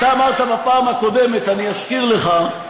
אתה אמרת בפעם הקודמת אני אזכיר לך,